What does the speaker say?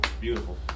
Beautiful